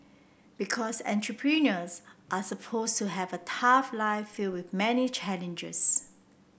because entrepreneurs are supposed to have a tough life filled with many challenges